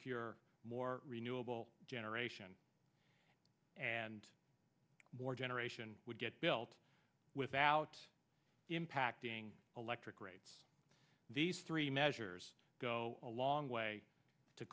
cure more renewable generation and more generation would get built without impacting electric rates these three measures go a long way to